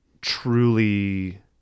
truly